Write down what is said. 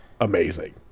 amazing